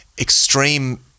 extreme